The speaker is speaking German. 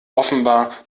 offenbar